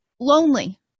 lonely